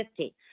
50